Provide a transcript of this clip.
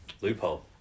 Loophole